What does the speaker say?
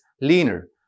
leaner